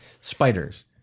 spiders